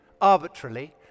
arbitrarily